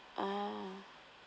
ah